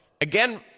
Again